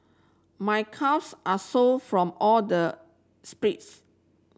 my calves are so from all the